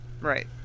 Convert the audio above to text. Right